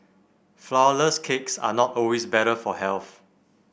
flourless cakes are not always better for health